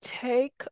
Take